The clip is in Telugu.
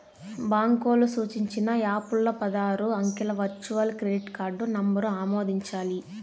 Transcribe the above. బాంకోల్లు సూచించిన యాపుల్ల పదారు అంకెల వర్చువల్ క్రెడిట్ కార్డు నంబరు ఆమోదించాలి